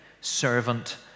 servant